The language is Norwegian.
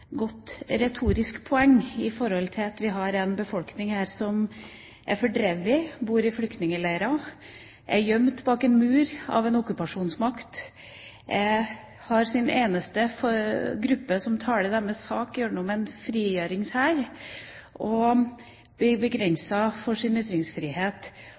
godt retorisk poeng med tanke på at vi her har en befolkning som er fordrevet, som bor i flyktningleire, som er gjemt bak en mur av en okkupasjonsmakt – hvor den eneste gruppen som taler deres sak, er en frigjøringshær – som får sin ytringsfrihet begrenset, og som blir